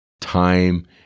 time